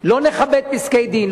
לא נכבד פסקי-דין,